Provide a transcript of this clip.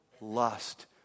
lust